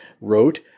wrote